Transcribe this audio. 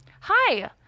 Hi